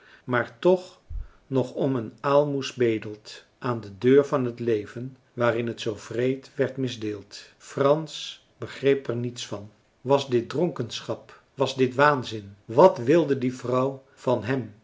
maar toch nog om een aalmoes bedelt aan de deur van het leven waarin het zoo wreed werd misdeeld marcellus emants een drietal novellen frans begreep er niets van was dit dronkenschap was dit waanzin wat wilde die vrouw van hem